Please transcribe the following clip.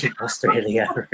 australia